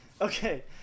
okay